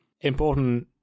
important